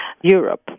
Europe